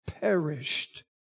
perished